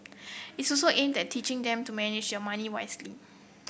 it's also aimed that teaching them to manage their money wisely